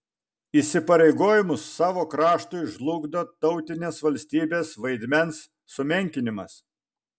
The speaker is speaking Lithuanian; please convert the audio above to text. įsipareigojimus savo kraštui žlugdo tautinės valstybės vaidmens sumenkinimas